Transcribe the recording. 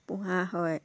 পোহা হয়